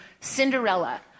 Cinderella